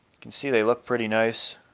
can see they look pretty nice